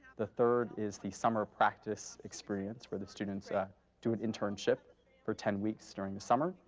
the third is the summer practice experience, where the students yeah do an internship for ten weeks during the summer.